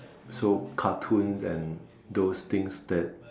so cartoons and those things that